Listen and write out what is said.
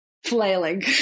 flailing